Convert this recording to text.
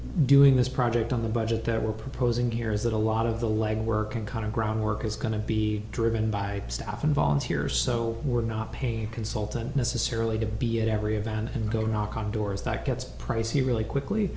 doing this project on the budget there we're proposing here is that a lot of the legwork and kind of groundwork is going to be driven by staff and volunteers so we're not paying a consultant necessarily to be at every event and go knock on doors that gets praise here really quickly